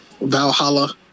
Valhalla